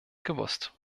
gewusst